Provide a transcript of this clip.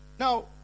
Now